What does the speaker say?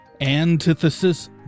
Antithesis